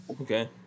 okay